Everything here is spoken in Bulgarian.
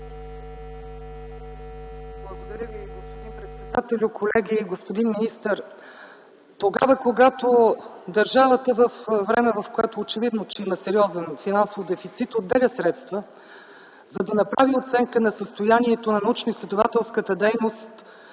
Благодаря Ви, господин председател. Колеги, господин министър! Тогава, когато държавата във време, в които очевидно, че има сериозен финансов дефицит, отделя средства, за да направи оценка на състоянието на научноизследователската дейност